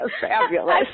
Fabulous